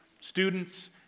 students